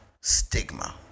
stigma